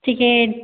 ଟିକେ